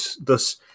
thus